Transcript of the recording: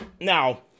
now